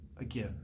Again